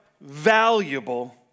valuable